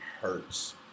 hurts